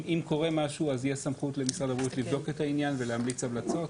אם קורה משהו יש סמכות למשרד הבריאות לבדוק את העניין ולהמליץ המלצות.